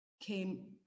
came